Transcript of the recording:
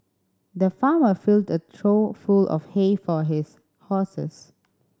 the farmer filled a trough full of hay for his horses